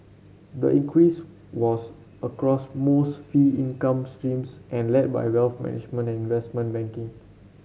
the increase was across most fee income streams and led by wealth management and investment banking